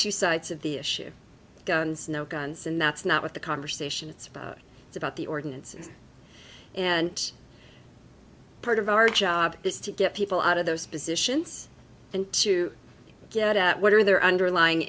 two sides of the issue guns no guns and that's not what the conversation it's about it's about the ordinances and part of our job is to get people out of those positions and to get at what are their underlying